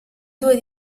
due